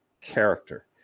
character